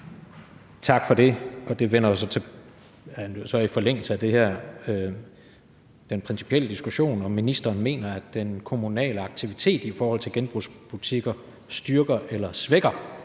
Tak for det, og det er jo så i forlængelse af den principielle diskussion: Mener ministeren, at den kommunale aktivitet i forhold til genbrugsbutikker styrker eller svækker